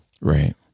Right